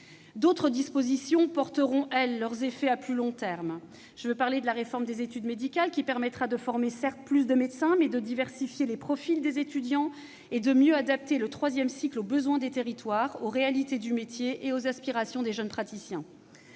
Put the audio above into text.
D'autres dispositions porteront leurs effets à plus long terme : la réforme des études médicales, qui permettra de former plus de médecins, de diversifier les profils des étudiants et de mieux adapter le troisième cycle aux besoins des territoires, aux réalités du métier et aux aspirations des jeunes praticiens,